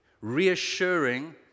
reassuring